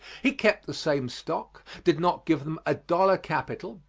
he kept the same stock, did not give them a dollar capital,